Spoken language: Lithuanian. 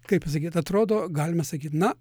kaip pasakyt atrodo galima sakyti na